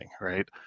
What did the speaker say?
right